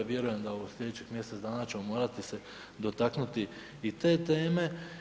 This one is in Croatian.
Vjerujem da u slijedećih mjesec dana ćemo morati se dotaknuti i te teme.